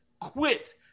Quit